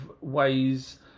ways